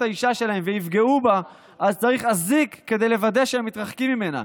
האישה שלהם ויפגעו בה אז צריך אזיק כדי לוודא שהם מתרחקים ממנה.